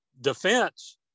defense